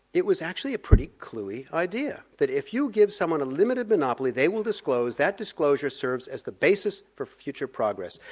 it was actually a pretty cluey idea that if you give someone a limited monopoly they will disclose, that disclosure serves as the basis for future progress.